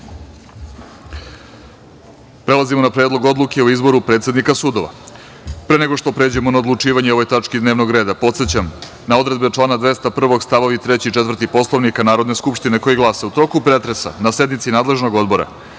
radu. Prelazimo na Predlog odluke o izboru predsednika sudova. Pre nego što pređemo na odlučivanje o ovoj tački dnevnog reda, podsećam na odredbe člana 201. stavovi 3. i 4. Poslovnika Narodne skupštine, koji glase – u toku pretresa na sednici nadležnog odbora